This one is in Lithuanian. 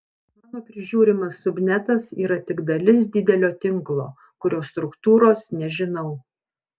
mano prižiūrimas subnetas yra tik dalis didelio tinklo kurio struktūros nežinau